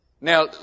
Now